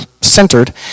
centered